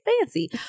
fancy